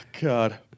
God